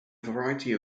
variety